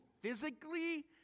physically